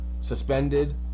suspended